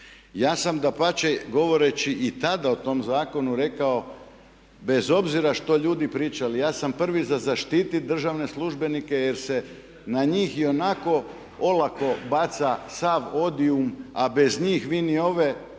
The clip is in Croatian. Ja sam dapače govoreći i tada o tom zakonu rekao bez obzira što ljudi pričali ja sam prvi za zaštititi državne službenike jer se na njih ionako olako baca sav odium a bez njih vi ni ove